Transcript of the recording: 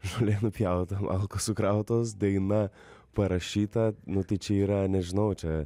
žolė nupjauta malkos sukrautos daina parašyta nu tai čia yra nežinau čia